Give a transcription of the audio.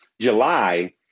July